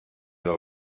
del